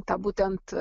tą būtent